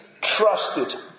trusted